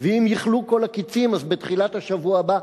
ואם יכלו כל הקצין אז בתחילת השבוע הבא,